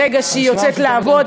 ברגע שיוצאת לעבוד,